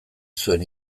zuen